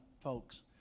folks